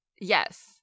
yes